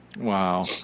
Wow